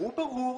דברו ברור